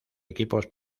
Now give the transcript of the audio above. equipos